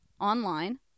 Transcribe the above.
online